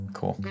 Cool